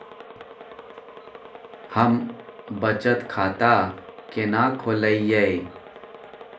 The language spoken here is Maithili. हम बचत खाता केना खोलइयै?